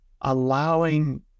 allowing